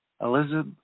Elizabeth